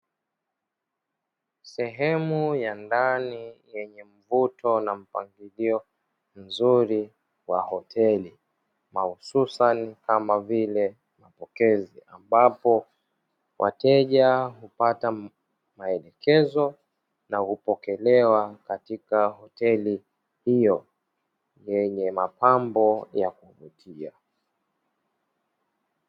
Sehemu ya ndani yenye mvuto na mpangilio mzuri wa hoteli mahususi kama vile mapokezi, ambapo wateja hupata maelekezo na hupokelewa katika hoteli hiyo yenye mapambo ya kuvutia.